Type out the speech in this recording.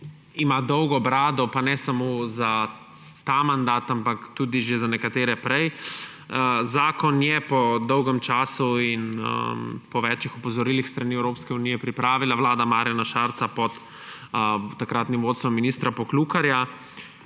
ima dolgo brado, pa ne samo za ta mandat, ampak tudi že za nekatere prej. Zakon je po dolgem času in po več opozorilih s strani Evropske unije pripravila vlada Marjana Šarca pod takratnim vodstvom ministra Poklukarja,